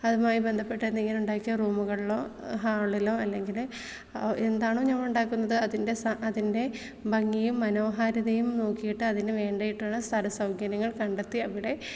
അതുമായി ബന്ധപ്പെട്ട എന്തെങ്കിലും ഉണ്ടാക്കി റൂമുകളിലോ ഹാളിലോ അല്ലെങ്കിൽ എന്താണോ ഞാൻ ഉണ്ടാക്കുന്നത് അതിൻ്റെ അതിൻ്റെ ഭംഗിയും മനോഹാരിതയും നോക്കിയിട്ട് അതിനു വേണ്ടിയിട്ടുള്ള സ്ഥല സൗകര്യങ്ങൾ കണ്ടെത്തി അവിടെ